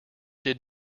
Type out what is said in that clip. did